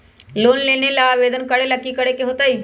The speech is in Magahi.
लोन लेबे ला आवेदन करे ला कि करे के होतइ?